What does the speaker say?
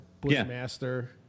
Bushmaster